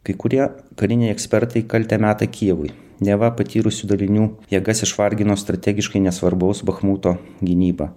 kai kurie kariniai ekspertai kaltę meta kijevui neva patyrusių dalinių jėgas išvargino strategiškai nesvarbaus bachmuto gynyba